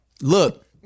Look